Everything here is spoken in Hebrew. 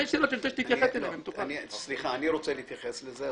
אני רוצה להתייחס לזה.